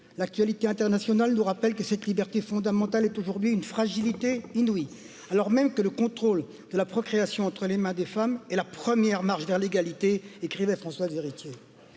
L'actualité internationale nous rappelle que cette liberté fondamentale une fragilité inouïe alors même que le contrôle de la procréation entre les mains. des femmes est la 1ʳᵉ marche V. l'égalité écrivait à François Héritier.